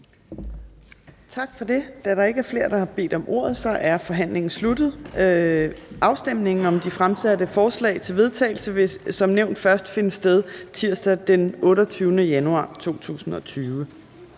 Tak for det. Da der ikke er flere, der har bedt om ordet, er forhandlingen sluttet. Afstemning om de fremsatte forslag til vedtagelse vil som nævnt først finde sted tirsdag den 28. januar 2020.